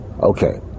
Okay